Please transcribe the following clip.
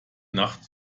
nacht